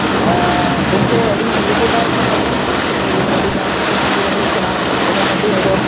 ᱦᱮᱸ ᱜᱚᱢᱠᱮ ᱟᱹᱞᱤᱧ ᱨᱤᱯᱳᱴᱟᱨ ᱠᱟᱱᱟᱞᱤᱧ ᱛᱚ ᱟᱹᱞᱤᱧᱟᱜ ᱧᱩᱛᱩᱢ ᱫᱚ ᱦᱩᱭᱩᱜ ᱠᱟᱱᱟ ᱜᱚᱰᱟ ᱢᱟᱨᱰᱤ ᱟᱫᱚ